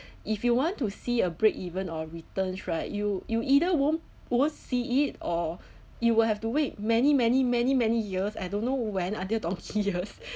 if you want to see a break even or returns right you you either won't won't see it or you will have to wait many many many many years I don't know when until donkey years